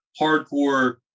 hardcore